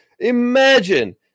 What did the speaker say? Imagine